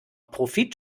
profit